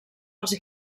els